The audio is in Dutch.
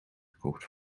gekocht